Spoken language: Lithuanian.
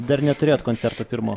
dar neturėjot koncerto pirmo